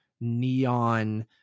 neon